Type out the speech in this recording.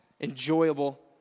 enjoyable